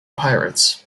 pirates